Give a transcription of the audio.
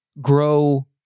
grow